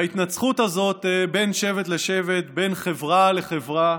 וההתנצחות הזאת בין שבט לשבט, בין חברה לחברה,